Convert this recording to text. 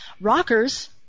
rockers